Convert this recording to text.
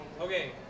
Okay